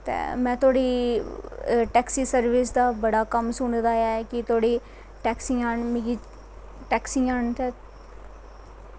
में तोआड़ा taxi service दा बड़ा कम्म सुनें दा ऐ में तोआड़ी न ते में टैक्सियां न